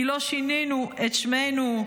כי לא שינינו את שמנו,